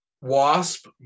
Wasp